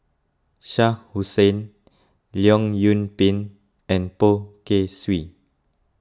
Shah Hussain Leong Yoon Pin and Poh Kay Swee